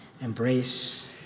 embrace